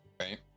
Right